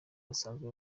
basanzwe